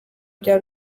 bya